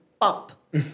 up